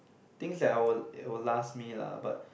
things that I will it will last me lah but